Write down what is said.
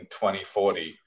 2040